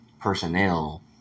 personnel